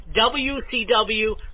WCW